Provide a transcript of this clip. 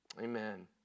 Amen